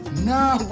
no,